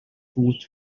foot